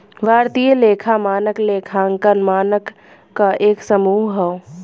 भारतीय लेखा मानक लेखांकन मानक क एक समूह हौ